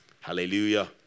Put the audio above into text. hallelujah